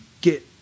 get